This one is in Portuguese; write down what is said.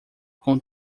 com